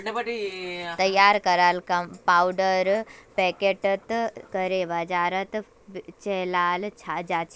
तैयार कराल पाउडर पैकेटत करे बाजारत बेचाल जाछेक